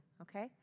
okay